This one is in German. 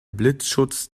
blitzschutz